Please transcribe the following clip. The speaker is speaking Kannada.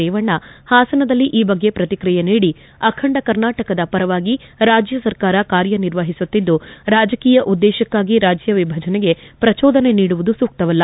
ರೇವಣ್ಣ ಹಾಸನದಲ್ಲಿ ಈ ಬಗ್ಗೆ ಪ್ರತಿಕ್ರಿಯೆ ನೀಡಿ ಅಖಂಡ ಕರ್ನಾಟಕದ ಪರವಾಗಿ ರಾಜ್ಯಸರ್ಕಾರ ಕಾರ್ಯನಿರ್ವಹಿಸುತ್ತಿದ್ದು ರಾಜಕೀಯ ಉದ್ದೇಶಕ್ಕಾಗಿ ರಾಜ್ಯವಿಭಜನೆಗೆ ಪ್ರಚೋದನೆ ನೀಡುವುದು ಸೂಕ್ತವಲ್ಲ